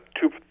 two